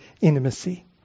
intimacy